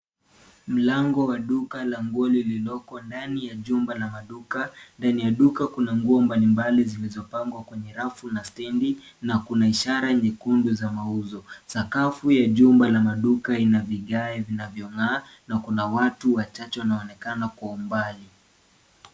Mlango wa duka la nguo lililoko ndani ya jumba la maduka, ndani ya duka kuna nguo mbali mbali zilizopangwa kwenye rafu na stendi na kuna ishara nyekundu za mauzo. Sakafu ya jumba la maduka ina vigae vinavyongaa na kuna watu wachache wanaonekana kwa umbali.